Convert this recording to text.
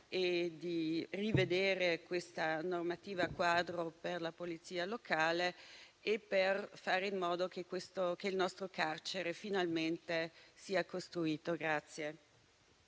di rivedere la normativa quadro per la polizia locale e di fare in modo che il nostro carcere finalmente sia costruito.